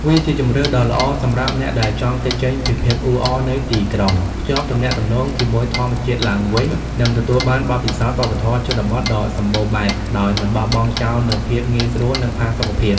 វាជាជម្រើសដ៏ល្អសម្រាប់អ្នកដែលចង់គេចចេញពីភាពអ៊ូអរនៃទីក្រុង ភ្ជាប់ទំនាក់ទំនងជាមួយធម្មជាតិឡើងវិញ និងទទួលបានបទពិសោធន៍វប្បធម៌ជនបទដ៏សម្បូរបែប ដោយមិនបោះបង់ចោលនូវភាពងាយស្រួល និងផាសុកភាព។